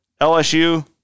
LSU